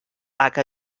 haca